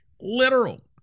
literal